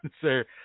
sir